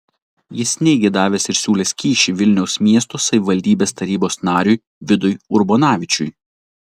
jis neigė davęs ir siūlęs kyšį vilniaus miesto savivaldybės tarybos nariui vidui urbonavičiui